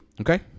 Okay